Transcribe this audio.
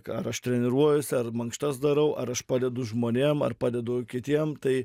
ar aš treniruojuosi ar mankštas darau ar aš padedu žmonėm ar padedu kitiem tai